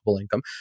income